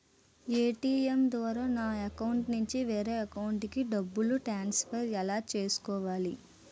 ATM ద్వారా నా అకౌంట్లోనుంచి వేరే అకౌంట్ కి డబ్బులు ట్రాన్సఫర్ ఎలా చేసుకోవాలి?